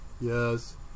Yes